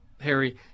Harry